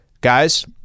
guys